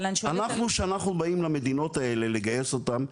שאנחנו באים למדינות האלה לגייס אותם,